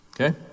Okay